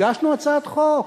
הגשנו הצעת חוק.